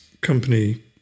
company